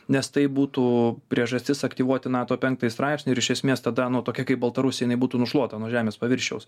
nes tai būtų priežastis aktyvuoti nato penktąjį straipsnį ir iš esmės tada nu tokia kaip baltarusija jinai būtų nušluota nuo žemės paviršiaus